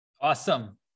Awesome